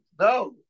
no